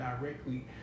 directly